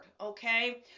Okay